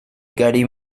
gary